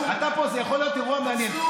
זה יכול להיות אירוע מעניין.